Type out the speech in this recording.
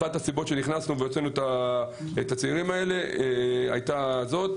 אחת הסיבות שנכנסנו והוצאנו את הצעירים האלה הייתה הסיבה הזאת.